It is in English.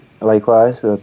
Likewise